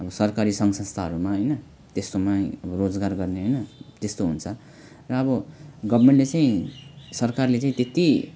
अब सरकारी सङ्घ संस्थाहरूमा हैन त्यस्तोमै अब रोजगार गर्ने हैन त्यस्तो हुन्छ र अब गोभर्मेन्टले चाहिँ सरकारले चाहिँ त्यति